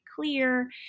clear